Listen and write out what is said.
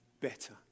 better